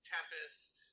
Tempest